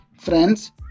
Friends